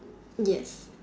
yes